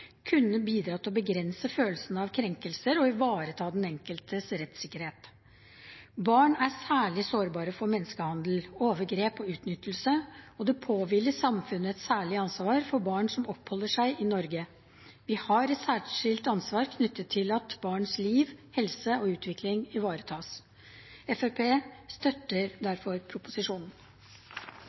kunne bidra til å begrense følelsen av krenkelse og ivareta den enkeltes rettssikkerhet. Barn er særlig sårbare for menneskehandel, overgrep og utnyttelse, og det påhviler samfunnet et særlig ansvar for barn som oppholder seg i Norge. Vi har et særskilt ansvar knyttet til at barns liv, helse og utvikling ivaretas. Fremskrittspartiet støtter derfor proposisjonen.